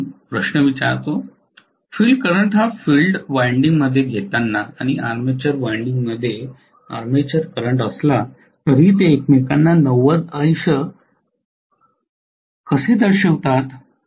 विद्यार्थीः field current हा field winding मध्ये घेताना आणि आर्मेचर वायंडिंग मध्ये आर्मेचर करंट असला तरीही ते एकमेकांना 90 अंश कसे दर्शवितात